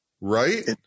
Right